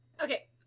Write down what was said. Okay